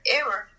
error